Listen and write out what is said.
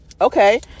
Okay